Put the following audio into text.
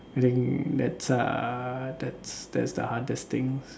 think that's uh that's that's the hardest thing